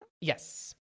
Yes